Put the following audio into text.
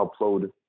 upload